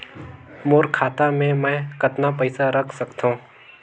मोर खाता मे मै कतना पइसा रख सख्तो?